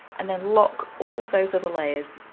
and then lock all those other layers.